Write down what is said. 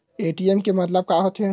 ATM के मतलब का होथे?